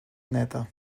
neta